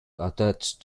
attached